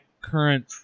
current